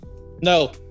no